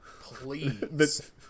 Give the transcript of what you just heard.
please